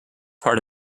part